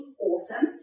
Awesome